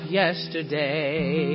yesterday